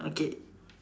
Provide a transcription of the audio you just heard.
okay